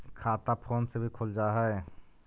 खाता फोन से भी खुल जाहै?